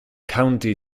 county